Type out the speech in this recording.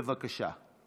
בבקשה.